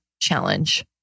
challenge